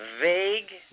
vague